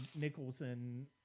Nicholson